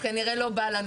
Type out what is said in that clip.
אני אומר בהגינות.